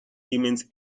humans